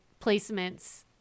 placements